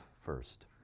first